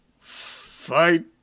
fight